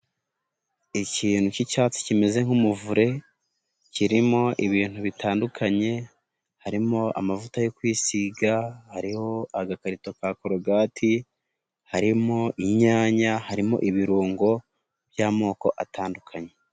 Ikintu k'icyatsi kimeze nk'umuvure, kirimo ibintu bitandukanye, harimo amavuta yo kwisiga, hariho agakarito ka korogati, harimo inyanya, harimo ibirungo by'amoko atandukanye.